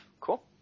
Cool